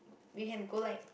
we can go like